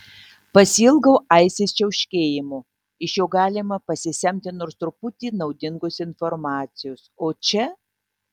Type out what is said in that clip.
pasiilgau aistės čiauškėjimo iš jo galima pasisemti nors truputį naudingos informacijos o čia